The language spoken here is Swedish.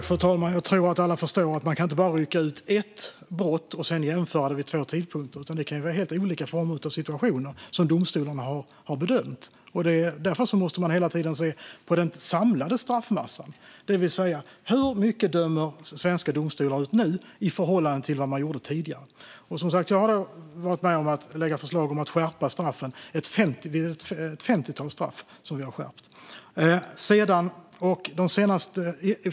Fru talman! Jag tror att alla förstår att man inte kan rycka ut bara ett brott och sedan jämföra det vid två tidpunkter. Det kan vara helt olika situationer som domstolarna har bedömt. Man måste hela tiden titta på den samlade straffmassan, det vill säga hur mycket fängelsestraff svenska domstolar dömer ut nu i förhållande till tidigare. Vi har som sagt skärpt ett femtiotal straff.